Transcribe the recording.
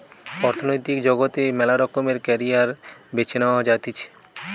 অর্থনৈতিক জগতে মেলা রকমের ক্যারিয়ার বেছে নেওয়া যাতিছে